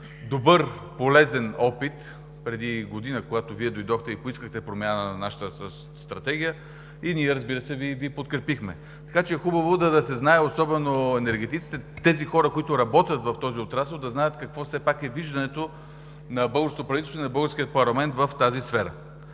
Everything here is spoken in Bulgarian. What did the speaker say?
добър, полезен опит преди година, когато Вие дойдохте и поискахте промяна на нашата стратегия, и ние, разбира се, Ви подкрепихме. Така че е хубаво да се знае, особено енергетиците, тези хора, които работят в този отрасъл, какво все пак е виждането на българското правителство и на българския парламент в тази сфера.